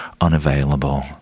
unavailable